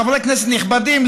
חברי כנסת נכבדים,